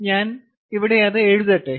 ഞാൻ ഇവിടെ അത് എഴുതട്ടെ